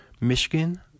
Michigan